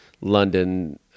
London